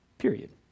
period